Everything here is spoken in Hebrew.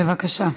בבקשה.